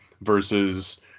versus